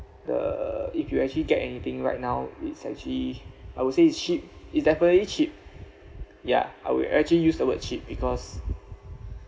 the if you actually get anything right now it's actually I would say it's cheap it's definitely cheap ya I will actually use the word cheap because